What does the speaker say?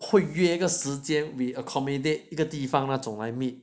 会约个时间 we accommodate 一个地方那种来 meet